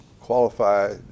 qualify